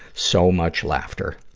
so much laughter.